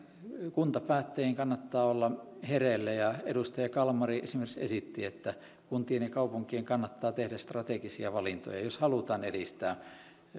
kuntapäättäjien kannattaa olla hereillä edustaja kalmari esimerkiksi esitti että kuntien ja kaupunkien kannattaa tehdä strategisia valintoja jos halutaan edistää